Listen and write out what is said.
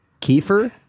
kefir